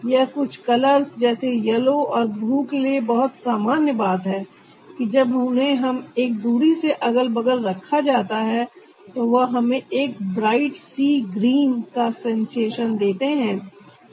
यह कुछ कलर्स जैसे येलो और ब्लू के लिए बहुत सामान्य बात है कि जब उन्हें एक दूरी से अगल बगल रखा जाता है तो वह हमें एक ब्राइट सी ग्रीन का सेंसेशन देते हैं